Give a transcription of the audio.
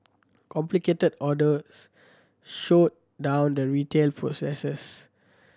complicated orders slowed down the retail processes